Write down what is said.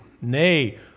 Nay